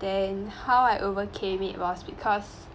then how I overcame it was because